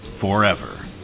forever